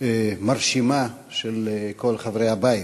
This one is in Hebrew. מרשימה של כל חברי הבית.